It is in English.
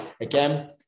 again